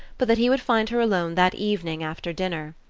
but that he would find her alone that evening after dinner.